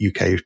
UK